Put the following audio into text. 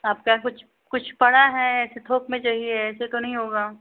आपका कुछ कुछ पड़ा है ऐसे थोक में चाहिए ऐसे तो नहीं होगा